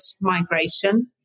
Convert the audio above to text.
Migration